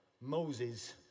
Moses